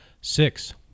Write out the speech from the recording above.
Six